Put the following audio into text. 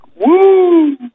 Woo